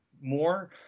more